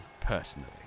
personally